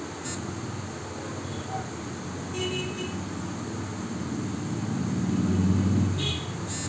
পশুদের খাওয়ানোর জন্যে যেই খাদ্য চাষ করা হয় তাকে ফডার বলে